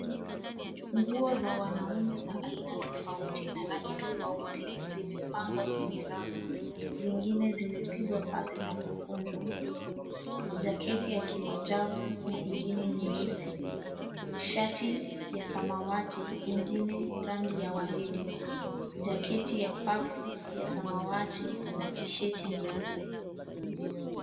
Nguo za wanaume za aina tofauti na rangi tofauti zimepangwa kwenye rafu. Zengine zimepigwa pasi na kukunjwa. Jaketi ya kimajavu na ingine nyeusi. Shati ya samawati, ingine rangi ya waridi. Jaketi ya pafu, ya samawati na tisheti nyeupe.